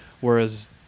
Whereas